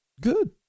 Good